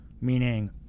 Meaning